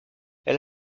elle